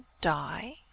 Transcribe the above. die